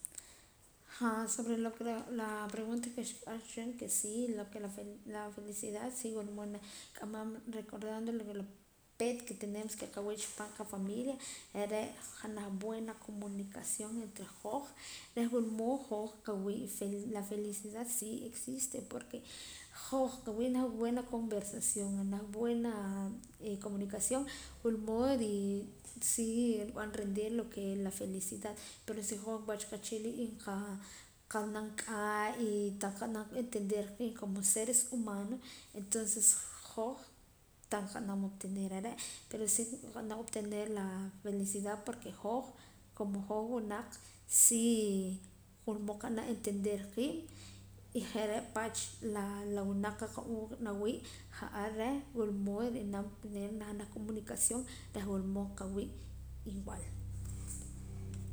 Jaa sobre lo ke re' la pregunta ke xkiq'ar cha wehchin ke si la ke la la felicidad si wulmood nak'amam recordando la wula peet ke tenemos ke qawii' chipaam qafamilia are' janaj buena comunicación entre hoj reh wulmood hoj qawii' fel la felicidad si existe porque hoj qawii' naj buena conversación naj buena e comunicación wulmood ree si rib'an rendir lo que es la felicidad pero si hoj wach qachila y nqaa qa'nam k'aa y tah qa'nam enterder qiib' como seres humanos entonces hoj tan qa'nam ontener are' pero si nqa'nam obtener la felicidad porque hoj como hoj wunaq si wulmood qa'nam entender qiib' y je're' pach la la wunaq qa'qahu' nawii' ja'ar reh wulmood ri'nam niri'nam naj comunicación reh wulmood qawii' igual